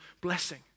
blessing